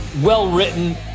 well-written